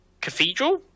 Cathedral